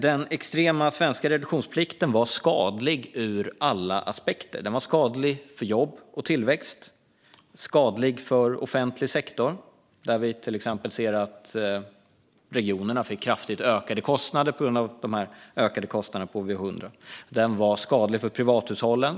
Den extrema svenska reduktionsplikten var skadlig ur alla aspekter. Den var skadlig för jobb och tillväxt, och skadlig för offentlig sektor. Vi såg till exempel att regionerna fick kraftigt ökade kostnader på grund av de ökade kostnaderna för HVO 100. Den var skadlig för privathushållen.